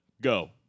go